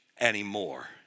anymore